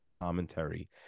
commentary